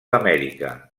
amèrica